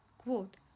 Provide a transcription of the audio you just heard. Quote